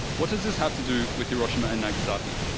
what does this have to do with hiroshima and nagasaki?